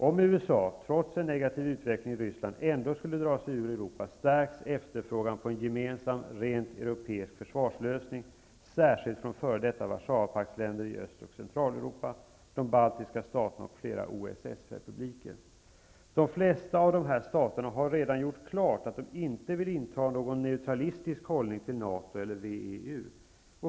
Om USA, trots en negativ utveckling i Ryssland, ändå skulle dra sig ur Europa, stärks efterfrågan på en gemensam, rent europeisk försvarslösning, särskilt från f.d. Warszawapaktsländer i Öst och Centraleuropa, de baltiska staterna och flera OSS republiker. De flesta av dessa stater har redan gjort klart att de inte vill inta någon neutralistisk hållning till NATO eller WEU.